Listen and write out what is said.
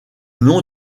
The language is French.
nom